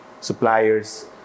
suppliers